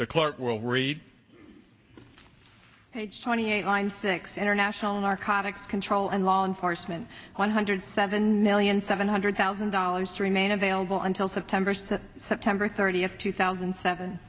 the clerk will read page twenty eight line six international narcotics control and law enforcement one hundred seven million seven hundred thousand dollars to remain available until september so september thirtieth two thousand and seven